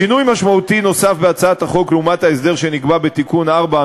שינוי משמעותי נוסף בהצעת החוק לעומת ההסדר שנקבע בתיקון מס' 4,